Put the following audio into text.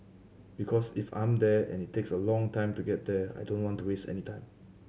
because if I'm there and it takes a long time to get there I don't want to waste any time